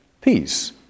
peace